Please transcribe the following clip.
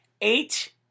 Eight